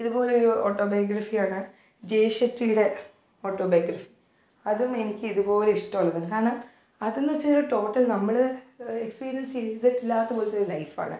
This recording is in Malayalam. ഇതുപോലൊരു ഓട്ടോബയോഗ്രഫിയാണ് ജയശക്തീടെ ഓട്ടോബയോഗ്രഫി അതുമെനിക്കിതുപോലെ ഇഷ്ടമുള്ളതാണ് കാരണം അതെന്ന് വെച്ചാൽ ഒരു ടോട്ടൽ നമ്മൾ എക്സ്പീരിയൻസ് ചെയ്തിട്ടില്ലാത്ത ഒരു ലൈഫാണ്